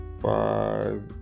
five